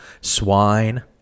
swine